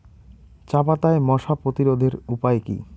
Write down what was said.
চাপাতায় মশা প্রতিরোধের উপায় কি?